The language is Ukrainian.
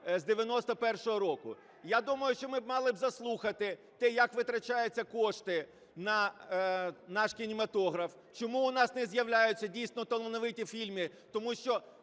з 91-го року. Я думаю, що ми мали б заслухати те, як витрачаються кошти на наш кінематограф, чому у нас не з'являються дійсно талановиті фільми. Тому що